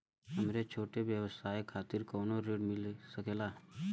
हमरे छोट व्यवसाय खातिर कौनो ऋण मिल सकेला?